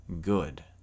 good